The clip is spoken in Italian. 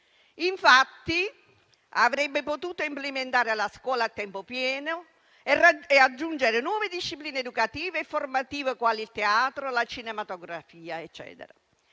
Infatti avrebbe potuto implementare la scuola a tempo pieno e aggiungere nuove discipline educative e formative, quali il teatro o la cinematografia. Ebbene